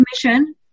Commission